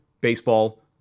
baseball